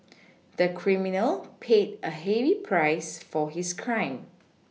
the criminal paid a heavy price for his crime